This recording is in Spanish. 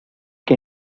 que